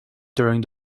during